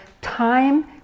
time